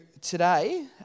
today